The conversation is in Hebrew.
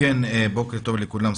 בוקר טוב לכולם.